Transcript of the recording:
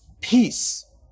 peace